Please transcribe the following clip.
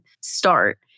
start